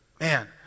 Man